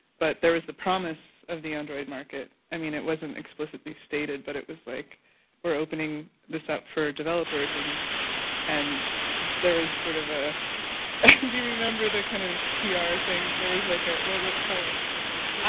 but there is the promise of the android market. i mean, it wasn't explicitly stated but it was like we're opening this out for developers and and there is sort of a do you remember that kind of pr ah thing? there was like a, what, tell us what it was. yeah